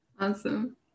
Awesome